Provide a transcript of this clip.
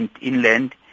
inland